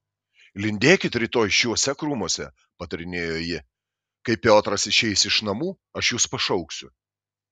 lindėkit rytoj šiuose krūmuose patarinėjo ji kai piotras išeis iš namų aš jus pašauksiu